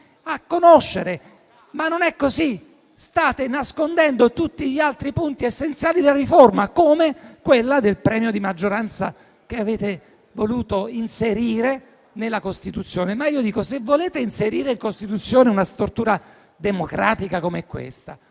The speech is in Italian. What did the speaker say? a conoscere, ma non è così. State nascondendo tutti gli altri punti essenziali della riforma, come quello del premio di maggioranza che vorreste inserire nella Costituzione. Se volete inserire in Costituzione una stortura democratica come questa,